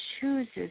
chooses